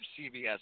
CBS